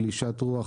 גלישת רוח,